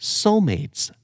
soulmates